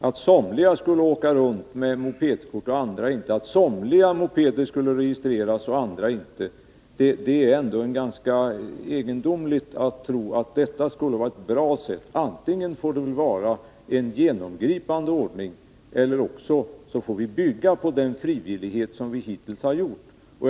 Att somliga skall ha mopedkort och andra inte samt att somliga mopeder skall registreras och andra inte, kan inte vara en bra ordning. Den ter sig snarare egendomlig. Antingen skall alla ha mopedkort eller också får vi bygga på den frivillighet som vi hittills har byggt på.